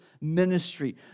ministry